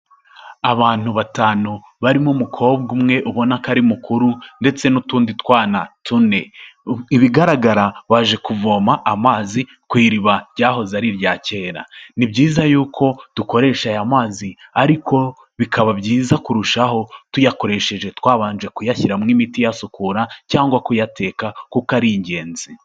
Abantu batanu barimo umukobwa umwe ubona ko ari mukuru ndetse n'utundi twana tune. Ibigaragara baje kuvoma amazi ku iriba ryahoze ari irya kera. Ni byiza yuko dukoresha aya mazi, ariko bikaba byiza kurushaho tuyakoresheje twabanje kuyashyiramo imiti iyasukura cyangwa kuyateka kuko ari ingenzi.